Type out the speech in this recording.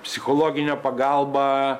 psichologinė pagalba